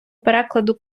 перекладу